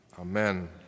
Amen